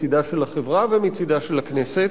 מצדה של החברה ומצדה של הכנסת.